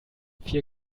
vier